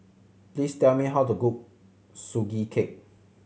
please tell me how to cook Sugee Cake